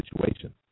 situation